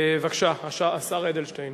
בבקשה, השר אדלשטיין.